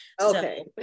Okay